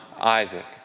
Isaac